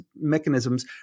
mechanisms